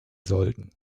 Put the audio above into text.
sollten